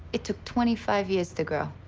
it took twenty five years to grow,